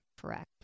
Correct